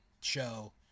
show